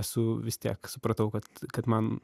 esu vis tiek supratau kad kad man